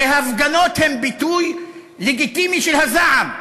הרי הפגנות הן ביטוי לגיטימי של הזעם.